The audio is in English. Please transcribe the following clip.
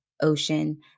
Ocean